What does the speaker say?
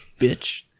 bitch